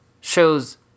shows